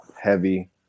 heavy